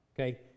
okay